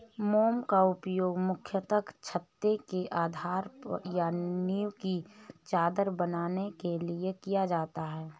मोम का उपयोग मुख्यतः छत्ते के आधार या नीव की चादर बनाने के लिए किया जाता है